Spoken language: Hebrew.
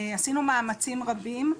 עשינו מאמצים רבים.